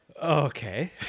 Okay